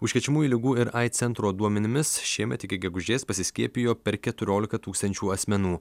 užkrečiamųjų ligų ir aids centro duomenimis šiemet iki gegužės pasiskiepijo per keturiolika tūkstančių asmenų